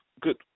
good